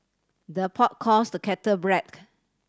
the pot calls the kettle